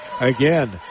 Again